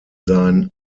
sein